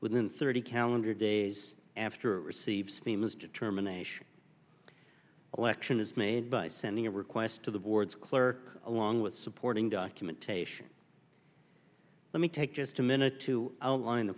within thirty calendar days after received the most determination collection is made by sending a request to the board's clerk along with supporting documentation let me take just a minute to outline